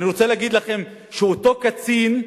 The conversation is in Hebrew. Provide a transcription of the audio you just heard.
אני רוצה להגיד לכם שאותו קצין,